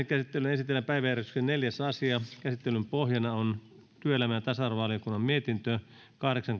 käsittelyyn esitellään päiväjärjestyksen neljäs asia käsittelyn pohjana on työelämä ja tasa arvovaliokunnan mietintö kahdeksan